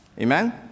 Amen